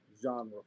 genre